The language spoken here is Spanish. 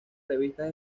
revistas